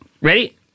Ready